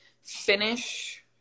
finish